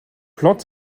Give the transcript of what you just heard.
plante